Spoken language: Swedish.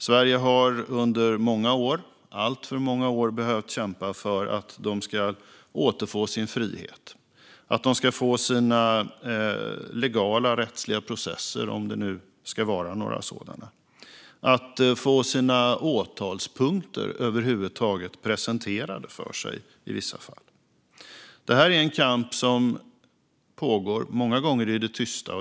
Sverige har under alltför många år behövt kämpa för att de ska återfå sin frihet och legala, rättsliga processer - om det nu ska vara några sådana - och att de över huvud taget ska få sina åtalspunkter presenterade för sig i vissa fall. Det här är en kamp som många gånger pågår i det tysta.